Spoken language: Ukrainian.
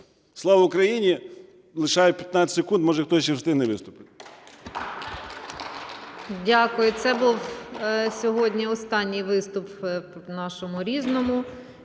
Слава Україні! Лишаю 15 секунд, може, хтось ще встигне виступити.